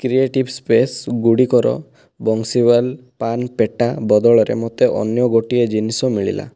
creative space ଗୁଡ଼ିକର ବଂଶୀୱାଲ୍ ପାନ୍ ପେଟା ବଦଳରେ ମୋତେ ଅନ୍ୟ ଗୋଟିଏ ଜିନିଷ ମିଳିଲା